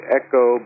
echo